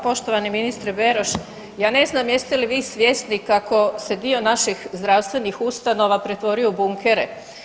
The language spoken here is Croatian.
Poštovani ministre Beroš, ja ne znam jeste li vi svjesni kako se dio naših zdravstvenih ustanova pretvorio u bunkere?